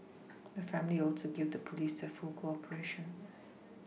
the family also gave the police their full cooperation